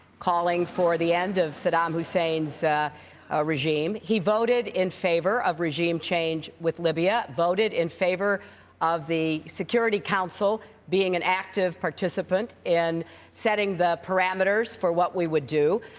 calling for the end of saddam hussein's ah regime. he voted in favor of regime change with libya, voted in favor of the security council being an active participate in setting the parameters for what we would do,